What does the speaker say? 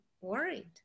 worried